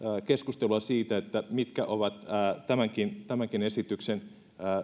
keskustelua siitä mitkä ovat tämänkin esityksen